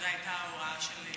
זאת הייתה ההוראה של בג"ץ.